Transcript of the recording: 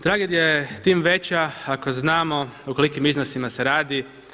Tragedija je tim veća ako znamo o kolikim iznosima se radi.